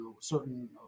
certain